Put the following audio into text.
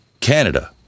Canada